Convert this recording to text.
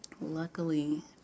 luckily